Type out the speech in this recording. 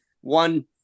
one